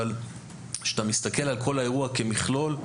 אבל כשאתה מסתכל על כל האירוע כמכלול,